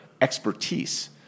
expertise